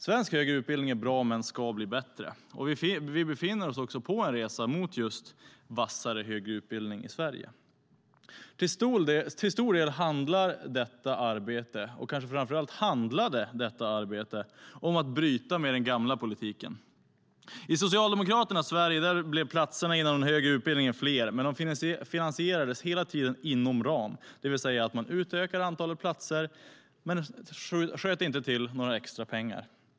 Svensk högre utbildning är bra men ska bli bättre. Vi befinner oss också på en resa mot just vassare högre utbildning i Sverige. Till stor del handlar - och kanske framför allt handlade - detta arbete om att bryta med den gamla politiken. I Socialdemokraternas Sverige blev platserna inom den högre utbildningen fler, men de finansierades hela tiden inom ram, det vill säga man utökade antalet platser men sköt inte till extra pengar.